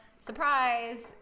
surprise